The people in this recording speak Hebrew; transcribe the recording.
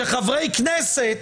שחברי כנסת